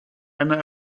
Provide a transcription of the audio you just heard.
einer